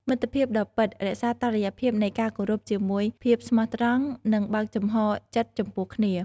មិត្តភាពដ៏ពិត រក្សាតុល្យភាពនៃការគោរពជាមួយភាពស្មោះត្រង់ និងបើកចំហចិត្តចំពោះគ្នា។